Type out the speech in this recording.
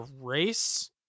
race